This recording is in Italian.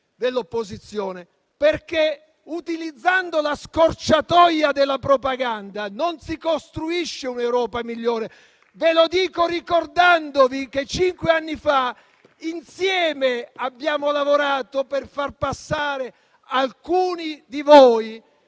dell'opposizione, perché utilizzando la scorciatoia della propaganda non si costruisce un'Europa migliore. Ve lo dico ricordandovi che cinque anni fa insieme abbiamo lavorato per far passare alcuni di voi